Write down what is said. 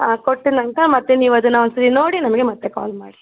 ಹಾಂ ಕೊಟ್ಟಿದ ನಂತ್ರ ಮತ್ತೆ ನೀವದನ್ನು ಒಂದ್ಸಲ ನೋಡಿ ನಮಗೆ ಮತ್ತೆ ಕಾಲ್ ಮಾಡಿ